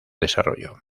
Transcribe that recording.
desarrollo